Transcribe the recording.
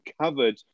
covered